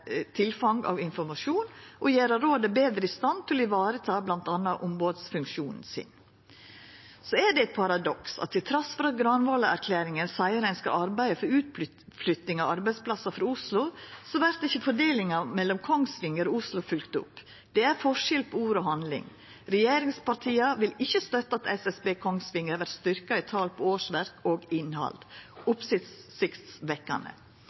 tilfang av informasjon og gjera rådet betre i stand til å vareta bl.a. ombodsfunksjonen sin. Så er det eit paradoks at trass i at Granavolden-plattforma seier at ein skal arbeida for utflytting av arbeidsplassar frå Oslo, vert ikkje fordelinga mellom Kongsvinger og Oslo følgd opp. Det er forskjell på ord og handling. Regjeringspartia vil ikkje støtta at SSB Kongsvinger vert styrkt i talet på årsverk og innhald.